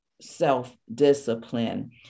self-discipline